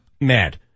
mad